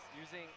using